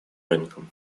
рынкам